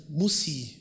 Musi